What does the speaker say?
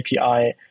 API